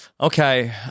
Okay